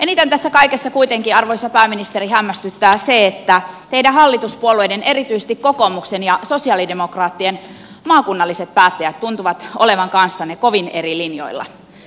eniten tässä kaikessa kuitenkin arvoisa pääministeri hämmästyttää se että teidän hallituspuolueiden erityisesti kokoomuksen ja sosialidemokraattien maakunnalliset päättäjät tuntuvat olevan kanssanne kovin eri linjoilla